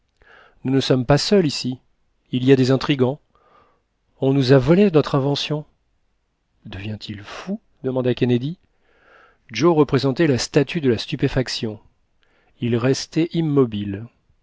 nous ne sommes pas seuls ici il y a des intrigants on nous a volé notre invention devient-il fou demanda kennedy joe représentait la statue de la stupéfaction il restait immobile